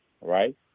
right